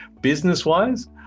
business-wise